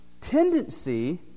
tendency